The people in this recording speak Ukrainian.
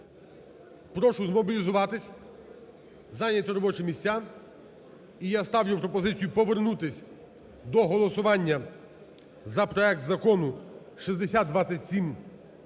Прошу змобілізуватись, зайняти робочі місця. І я ставлю пропозицію повернутись до голосування за проект Закону (6027)